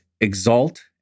exalt